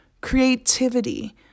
creativity